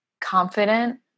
confident